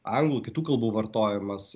anglų kitų kalbų vartojimas